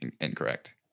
Incorrect